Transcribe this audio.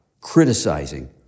criticizing